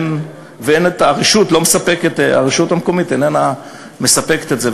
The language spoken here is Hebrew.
הרשות המקומית איננה מספקת את זה,